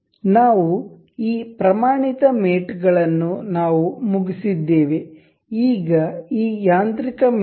ನಾವು ಈ ಪ್ರಮಾಣಿತ ಮೇಟ್ಗಳನ್ನು ನಾವು ಮುಗಿಸಿದ್ದೇವೆ ಈಗ ಈ ಯಾಂತ್ರಿಕ ಮೇಟ್